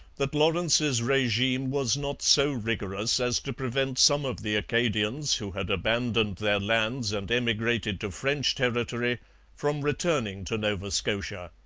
that lawrence's regime was not so rigorous as to prevent some of the acadians who had abandoned their lands and emigrated to french territory from returning to nova scotia.